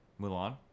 Mulan